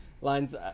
lines